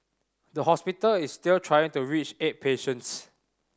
the hospital is still trying to reach eight patients